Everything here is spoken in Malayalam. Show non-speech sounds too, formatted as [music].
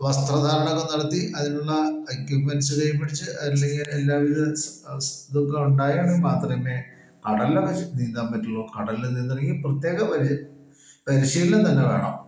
വസ്ത്രധാരണകൾ നടത്തി അതിനുള്ള എക്വിപ്മെൻറ്സ് കൈയിൽ പിടിച്ച് അല്ലെങ്കിൽ എല്ലാ വിധ [unintelligible] ഇതൊക്കെ ഉണ്ടായാൽ മാത്രമേ കടലിലൊക്കെ നീന്താൻ പറ്റുള്ളൂ കടലില് നീന്തണമെങ്കിൽ പ്രത്യേക പരിശീലനം തന്നെ വേണം